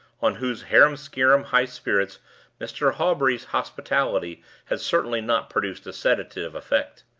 on whose harum-scarum high spirits mr. hawbury's hospitality had certainly not produced a sedative effect.